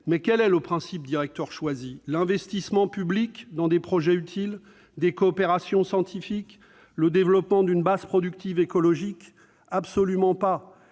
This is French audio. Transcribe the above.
Mais quel est le principe directeur choisi ? L'investissement public dans des projets utiles ? Des coopérations scientifiques ? Le développement d'une base productive écologique ? Absolument pas !